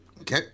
Okay